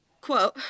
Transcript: quote